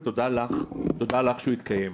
ותודה לך שהוא התקיים.